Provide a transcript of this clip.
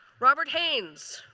robert haynes